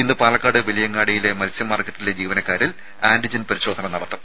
ഇന്ന് പാലക്കാട് വലിയങ്ങാടിയിലെ മൽസ്യ മാർക്കറ്റിലെ ജീവനക്കാരിലും ആന്റിജൻ പരിശോധന നടത്തും